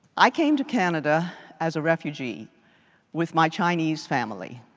i came to canada as a refugee with my chinese family.